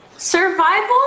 Survival